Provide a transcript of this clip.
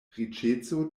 riĉeco